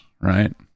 right